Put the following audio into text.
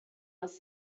was